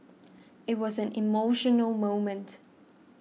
it was an emotional moment